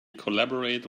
collaborate